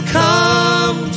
come